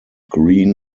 green